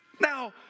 Now